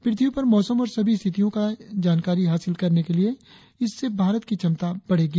पृथ्वी पर मौसम और सभी स्थितियों की जानकारी हासिल करने के लिए इससे भारत की क्षमता बढ़ेगी